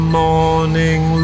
morning